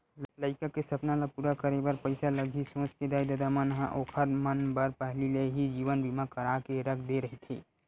लइका के सपना ल पूरा करे बर पइसा लगही सोच के दाई ददा मन ह ओखर मन बर पहिली ले ही जीवन बीमा करा के रख दे रहिथे